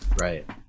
Right